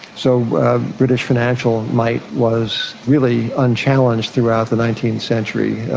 so british financial might was really unchallenged throughout the nineteenth century.